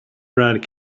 brad